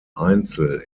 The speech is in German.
einzel